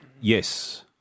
Yes